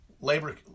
labor